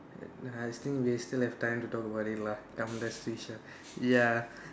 uh still we still have time to talk about it lah come let's finish ah ya